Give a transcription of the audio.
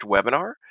webinar